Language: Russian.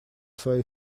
своей